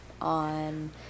on